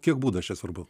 kiek būdas čia svarbu